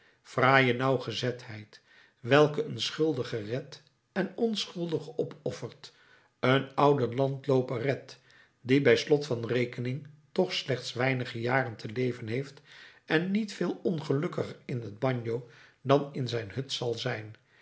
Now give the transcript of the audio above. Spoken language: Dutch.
fraaie nauwgezetheid welke een schuldige redt en onschuldigen opoffert een ouden landlooper redt die bij slot van rekening toch slechts weinige jaren te leven heeft en niet veel ongelukkiger in het bagno dan in zijn hut zal zijn